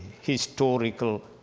historical